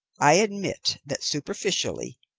i admit that, superficially,